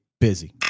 busy